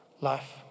life